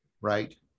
right